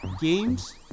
games